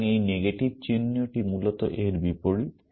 সুতরাং এই নেগেটিভ চিহ্নটি মূলত এর বিপরীত